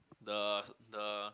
the the